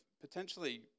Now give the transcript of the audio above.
potentially